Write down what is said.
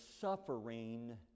suffering